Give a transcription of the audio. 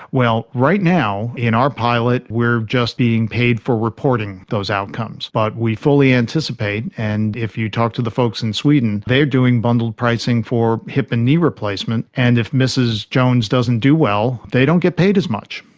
well, right now in our pilot we are just being paid for reporting those outcomes, but we fully anticipate, and if you talk to the folks in sweden they are doing bundled pricing for hip and knee replacement, and if mrs jones doesn't do well, they don't get paid as much.